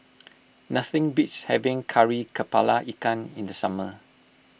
nothing beats having Kari Kepala Ikan in the summer